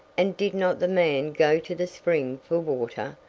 and did not the man go to the spring for water?